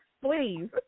Please